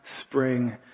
spring